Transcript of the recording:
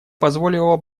позволило